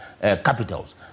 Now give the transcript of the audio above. capitals